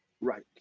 right